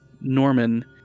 Norman